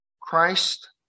Christ